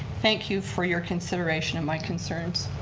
thank you for your consideration of my concerns.